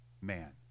man